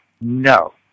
no